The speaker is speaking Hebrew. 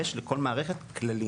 ויש לכל מערכת כללים.